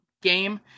game